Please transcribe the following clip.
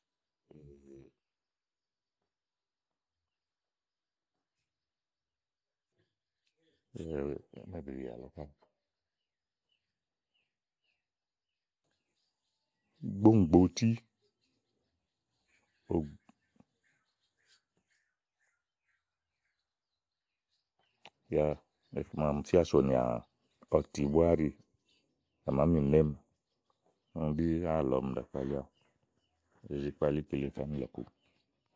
ímɛ̀ be yìà lɔ káà gbóòŋgbotí yá iku ma ɔmi fíà sònìà ɔti íɖì à màámi nɔ̀ɔemi ɖíàlɔ ì wàá kpalí kíle káémi ni lɔ̀kuú.